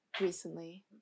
recently